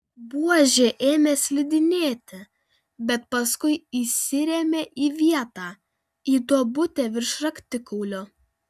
buožė ėmė slidinėti bet paskui įsirėmė į vietą į duobutę virš raktikaulio